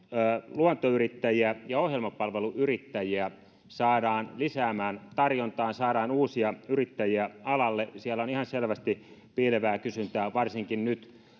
luontoyrittäjiä ja ohjelmapalveluyrittäjiä saadaan lisäämään tarjontaa saadaan uusia yrittäjiä alalle siellä on ihan selvästi piilevää kysyntää varsinkin nyt